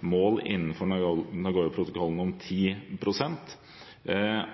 mål innenfor Nagoya-protokollen om 10 pst.